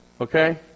Okay